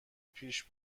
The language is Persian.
پیش